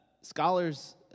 scholars